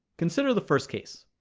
consider the first case.